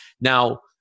Now